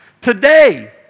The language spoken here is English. Today